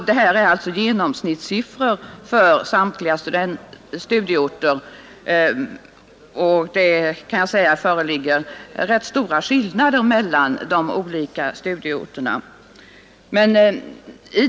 Det är alltså genomsnittssiffror för samtliga studieorter, och det föreligger rätt stora skillnader mellan de olika studieorterna.